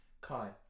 Kai